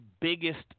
biggest